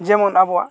ᱡᱮᱢᱚᱱ ᱟᱵᱚᱣᱟᱜ